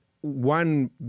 one